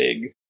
big